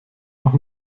noch